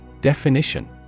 Definition